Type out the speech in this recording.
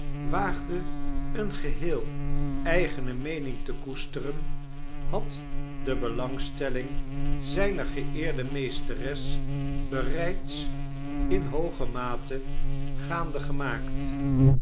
waagde eene geheel eigene meening te koesteren had de belangstelling zgner geeerde meesteres bereids in hooge mate gaande gemaakt